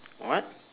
what